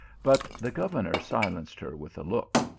but the governor silenced her with a look.